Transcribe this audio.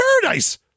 paradise